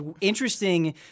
interesting